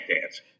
dance